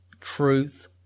truth